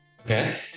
Okay